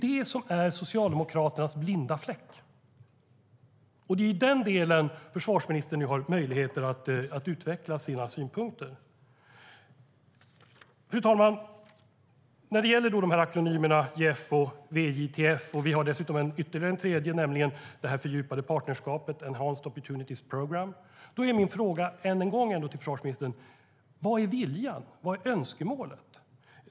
Detta är Socialdemokraternas blinda fläck, och det är i den delen som försvarsministern nu har möjlighet att utveckla sina synpunkter. Fru talman! När det gäller akronymerna JEF, VJTF och en tredje, nämligen det fördjupade partnerskapet Enhanced Opportunities Program, då är min fråga än en gång till försvarsministern: Vad är viljan? Vad är önskemålet?